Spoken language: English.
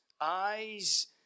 eyes